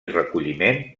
recolliment